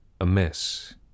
amiss